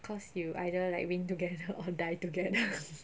cause you either like win together or die together